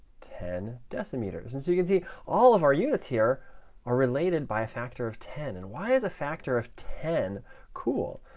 ten decimeters. and so you can see all of our units here are related by a factor of ten? and why is a factor of ten cool?